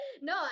No